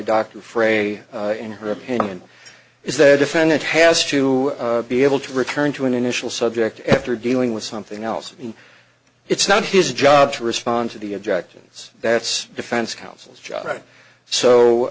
dr frey in her opinion is that defendant has to be able to return to an initial subject after dealing with something else and it's not his job to respond to the objections that's defense counsel job right